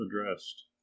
addressed